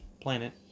planet